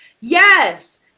yes